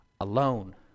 alone